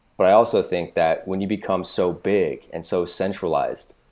but i also think that when you become so big and so centralized,